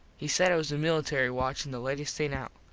he said it was a military watch an the latest thing out.